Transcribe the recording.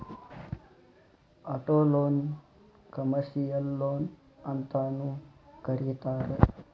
ಆಟೊಲೊನ್ನ ಕಮರ್ಷಿಯಲ್ ಲೊನ್ಅಂತನೂ ಕರೇತಾರ